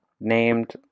named